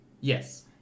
Yes